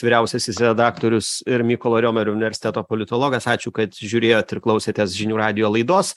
vyriausiasis redaktorius ir mykolo riomerio universiteto politologas ačiū kad žiūrėjot ir klausėtės žinių radijo laidos